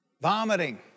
vomiting